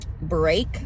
break